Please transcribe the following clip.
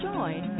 Join